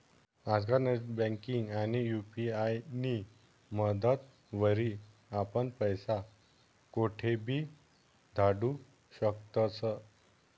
आजकाल नेटबँकिंग आणि यु.पी.आय नी मदतवरी आपण पैसा कोठेबी धाडू शकतस